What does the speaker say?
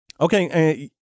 Okay